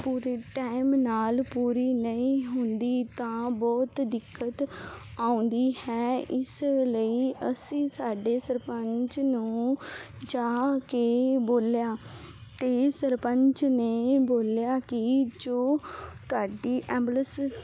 ਪੂਰੇ ਟਾਈਮ ਨਾਲ ਪੂਰੀ ਨਹੀਂ ਹੁੰਦੀ ਤਾਂ ਬਹੁਤ ਦਿੱਕਤ ਆਉਂਦੀ ਹੈ ਇਸ ਲਈ ਅਸੀਂ ਸਾਡੇ ਸਰਪੰਚ ਨੂੰ ਜਾ ਕੇ ਬੋਲਿਆ ਅਤੇ ਸਰਪੰਚ ਨੇ ਬੋਲਿਆ ਕਿ ਜੋ ਤੁਹਾਡੀ ਐਂਬੂਲਸ